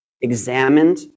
examined